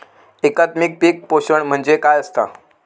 एकात्मिक पीक पोषण म्हणजे काय असतां?